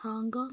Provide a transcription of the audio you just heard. Hong Kong